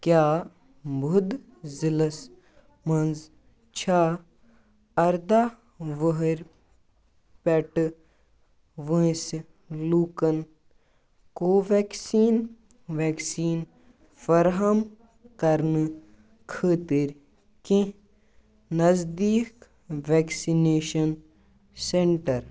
کیٛاہ بُدھ ضلعس مَنٛز چھا اَرداہ وُہُرۍ پٮ۪ٹھ وٲنٛسہِ لوٗکَن کو ویٚکسیٖن ویٚکسیٖن فراہم کرنہٕ خٲطٕر کیٚنٛہہ نزدیٖک ویٚکسِنیشن سیٚنٹر